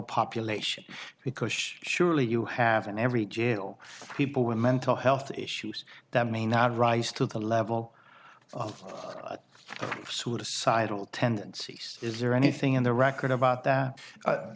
population because surely you have in every jail people with mental health issues that may not rise to the level of suicidal tendencies is there anything in the record about that